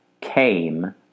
came